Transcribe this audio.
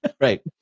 right